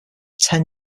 ten